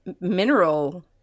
mineral